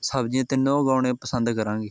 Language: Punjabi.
ਸਬਜ਼ੀਆਂ ਤਿੰਨੋਂ ਉਗਾਉਣੇ ਪਸੰਦ ਕਰਾਂਗੇ